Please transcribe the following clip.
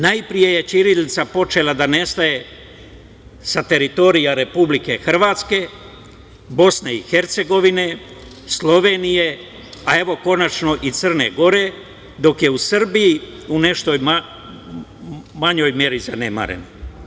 Najpre je ćirilica počela da nestaje sa teritorija Republike Hrvatske, BiH, Slovenije, a evo, konačno i Crne Gore, dok je u Srbiji u nešto manjoj meri zanemaren.